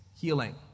healing